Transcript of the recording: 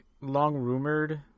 long-rumored